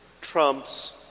trumps